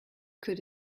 could